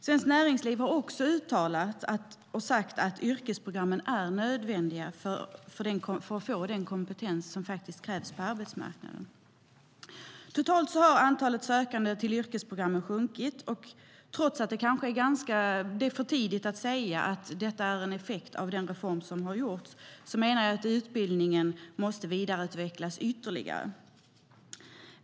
Svensk Näringsliv har också uttalat sig och sagt att yrkesprogrammen är nödvändiga för att få den kompetens som krävs på arbetsmarknaden. Totalt har antalet sökande till yrkesprogrammen sjunkit, och trots att det är för tidigt att säga att detta är en effekt av reformen menar jag att utbildningen måste vidareutvecklas ytterligare.